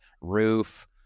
roof